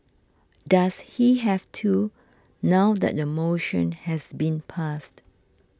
does he have to now that the motion has been passed